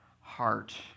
heart